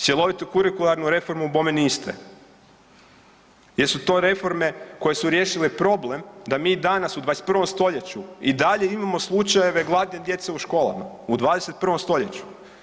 Cjelovitu kurikularnu reformu bome niste jer su to reforme koje su riješile problem da mi danas u 21. stoljeću i dalje imamo slučajeve gladne djece u školama u 21. stoljeću.